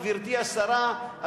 גברתי השרה,